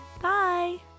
Bye